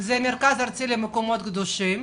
זה המרכז הארצי למקומות קדושים.